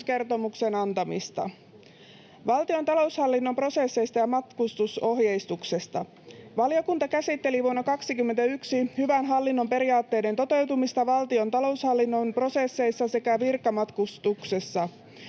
antamista. Valtion taloushallinnon prosesseista ja matkustusohjeistuksesta: Valiokunta käsitteli vuonna 21 hyvän hallinnon periaatteiden toteutumista valtion taloushallinnon prosesseissa sekä virkamatkustuksessa.